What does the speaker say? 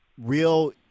real